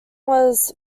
was